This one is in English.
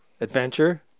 Adventure